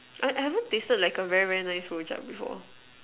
I I haven't tasted like a very very nice rojak